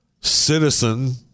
citizen